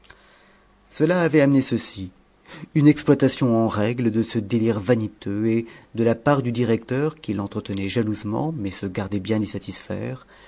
cela avait amené ceci une exploitation en règle de ce délire vaniteux et de la part du directeur qui l'entretenait jalousement mais se gardait bien d'y satisfaire